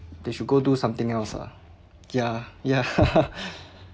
they should go do something else ah ya ya